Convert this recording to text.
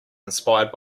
inspired